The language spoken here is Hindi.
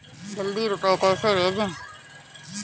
जल्दी रूपए कैसे भेजें?